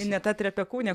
ineta trepekūnė